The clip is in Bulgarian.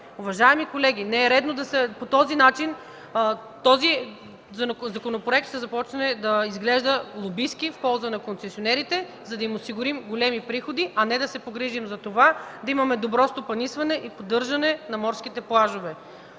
Уважаеми колеги, не е редно! По този начин законопроектът ще започне да изглежда лобистки, в полза на концесионерите, за да им осигурим големи приходи, а не да се погрижим да имаме добро стопанисване и поддържане на морските плажове.